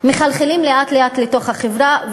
מחלחלים לאט-לאט לתוך החברה,